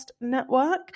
Network